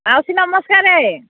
ମାଉସୀ ନମସ୍କାର